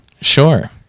Sure